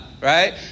right